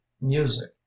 music